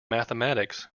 mathematics